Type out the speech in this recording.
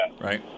right